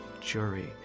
jury